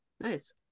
nice